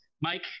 Mike